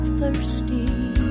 thirsty